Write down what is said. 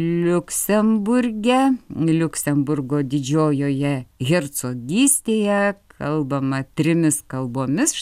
liuksemburge liuksemburgo didžiojoje hercogystėje kalbama trimis kalbomis